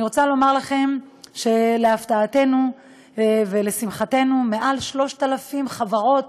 אני רוצה לומר לכם שלהפתעתנו ולשמחתנו מעל 3,000 חברות